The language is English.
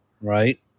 right